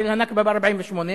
של ה"נכבה" ב-1948.